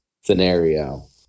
scenario